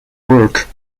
work